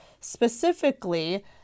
specifically